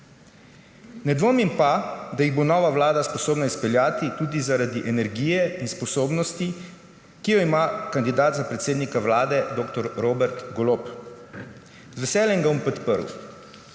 Ne dvomim pa, da jih bo nova vlada sposobna izpeljati tudi zaradi energije in spodobnosti, ki jo ima kandidat za predsednika Vlade dr. Robert Golob. Z veseljem ga bom podprl